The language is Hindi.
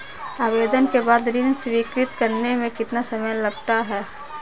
आवेदन के बाद ऋण स्वीकृत करने में कितना समय लगता है?